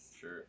Sure